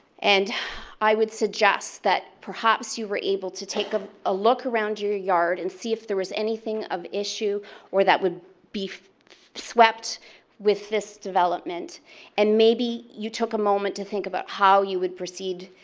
and i would suggest that perhaps you were able to take ah a look around your yard and see if there was anything of issue or that would be swept with this development and maybe you took a moment to think about how you would proceed